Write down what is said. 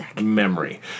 memory